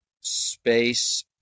space